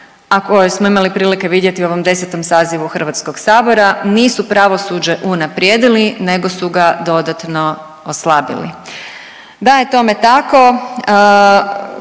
a koje smo imali prilike vidjeti u ovom 10. sazivu HS, nisu pravosuđe unaprijedili nego su ga dodatno oslabili. Da je tome tako